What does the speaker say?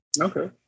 okay